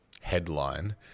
headline-